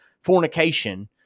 fornication